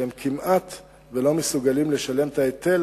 שהם כמעט לא מסוגלים לשלם את ההיטל